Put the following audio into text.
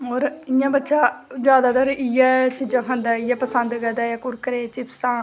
होर इंया बच्चा जादैतर इयै चीज़ां खंदा ऐ इयै पसंद करदा ऐ कदें चिप्सां